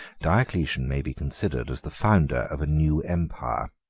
diocletian may be considered as the founder of a new empire.